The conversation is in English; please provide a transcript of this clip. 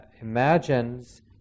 imagines